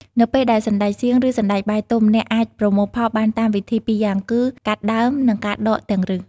នៅពេលដែលសណ្ដែកសៀង ឬសណ្ដែកបាយទុំ អ្នកអាចប្រមូលផលបានតាមវិធីពីរយ៉ាងគឺ កាត់ដើម និងការដកទាំងឫស។